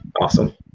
Awesome